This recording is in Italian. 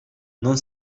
non